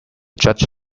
judge